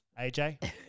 AJ